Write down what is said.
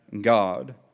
God